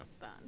done